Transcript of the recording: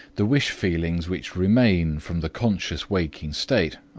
the wish-feelings which remain from the conscious waking state